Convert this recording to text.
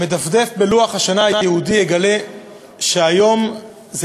המדפדף בלוח השנה היהודי יגלה שהיום זה